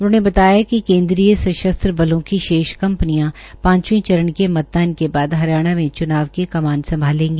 उन्होंने बताया कि केन्द्रीय सशस्त्र बलों की शेष कंपनियां पांचवे चरण के मतदान के बाद हरियाणा में च्नाव की कमान संभालेगी